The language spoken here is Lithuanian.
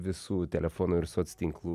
visų telefono ir soc tinklų